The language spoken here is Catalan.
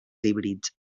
híbrids